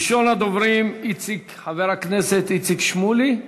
ראשון הדוברים, חבר הכנסת איציק שמולי.